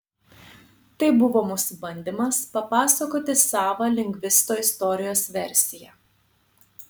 tai buvo mūsų bandymas papasakoti savą lindgvisto istorijos versiją